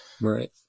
Right